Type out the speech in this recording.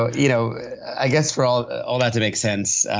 ah you know i guess for all all that to make sense.